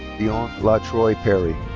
deion la troy perry.